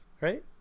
right